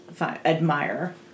admire